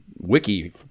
wiki